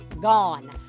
gone